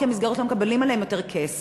כי המסגרות לא מקבלות עליהם יותר כסף.